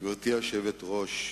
גברתי היושבת-ראש,